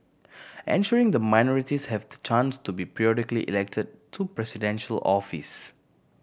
ensuring the minorities have the chance to be periodically elected to Presidential office